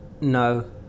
no